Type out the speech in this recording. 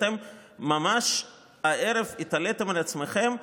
אתם ממש התעליתם על עצמכם הערב.